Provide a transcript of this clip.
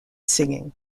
singing